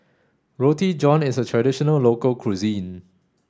Roti John is a traditional local cuisine